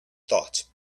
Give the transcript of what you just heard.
thoughts